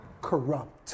corrupt